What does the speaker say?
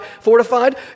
fortified